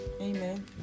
Amen